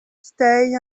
stay